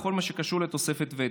בכל מה שקשור לתוספת ותק.